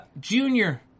Junior